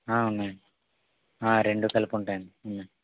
ఉన్నాయి రెండు కలిపి ఉంటాయండి